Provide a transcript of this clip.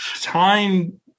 time